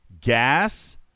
Gas